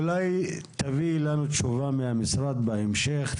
אולי תביאי לנו תשובה מהמשרד בהמשך,